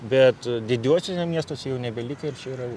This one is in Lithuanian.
bet didžiuosiuose miestuose jau nebelikę ir čia yra